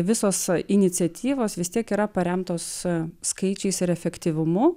visos iniciatyvos vis tiek yra paremtos skaičiais ir efektyvumu